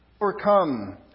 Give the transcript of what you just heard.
Overcome